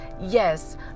Yes